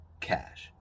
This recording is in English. Cash